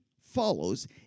follows